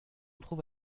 trouve